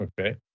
Okay